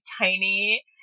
tiny